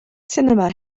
sinema